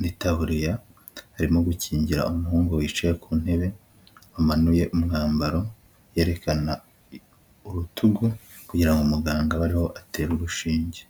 n'itaburiya harimo gukingira umuhungu yicaye ku ntebe amanuye umwambaro yerekana urutugu kugira ngo muganga abe ariho atere urushinge.